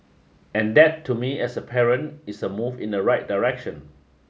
and that to me as a parent is a move in the right direction